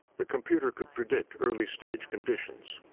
the computer could predict early-stage conditions.